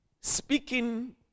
speaking